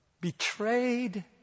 Betrayed